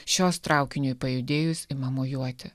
šios traukiniui pajudėjus ima mojuoti